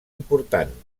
important